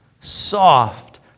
soft